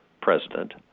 president